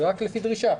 רק לפי דרישה.